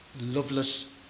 loveless